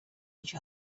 each